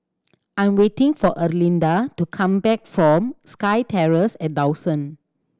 I'm waiting for Erlinda to come back from SkyTerrace at Dawson